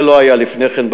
זה לא היה לפני כן,